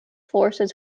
forces